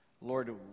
Lord